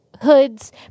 hoods